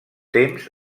temps